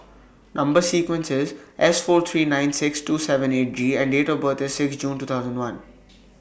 Number sequence IS S four three nine six two seven eight G and Date of birth IS six June two thousand and one